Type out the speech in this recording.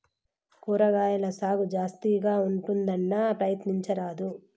కూరగాయల సాగు జాస్తిగా ఉంటుందన్నా, ప్రయత్నించరాదూ